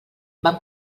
vam